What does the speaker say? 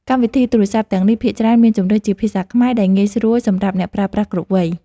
កម្មវិធីទូរសព្ទទាំងនេះភាគច្រើនមានជម្រើសជាភាសាខ្មែរ ដែលងាយស្រួលសម្រាប់អ្នកប្រើប្រាស់គ្រប់វ័យ។